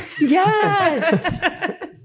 yes